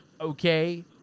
Okay